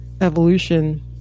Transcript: evolution